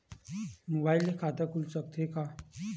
Mobile से खाता खुल सकथे का?